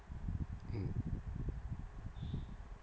mm